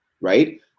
right